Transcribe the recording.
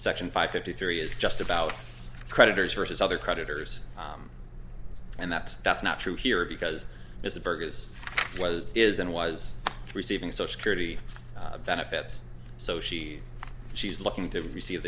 section five fifty three is just about creditors versus other creditors and that's that's not true here because it's a burgas was is and was receiving so scurvy benefits so she she's looking to receive